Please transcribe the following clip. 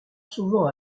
souvent